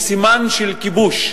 היא סימן של כיבוש,